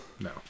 No